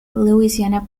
louisiana